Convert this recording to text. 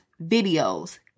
videos